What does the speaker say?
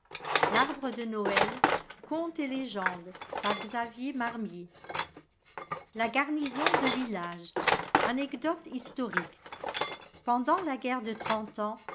la garnison de village anecdote historique pendant la guerre de trente ans